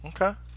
Okay